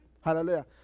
Hallelujah